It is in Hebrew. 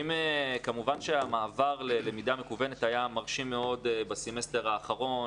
כמובן שהמעבר ללמידה מקוונת היה מרשים מאוד בסמסטר האחרון,